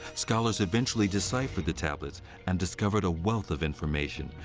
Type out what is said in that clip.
scholars eventually deciphered the tablets and discovered a wealth of information,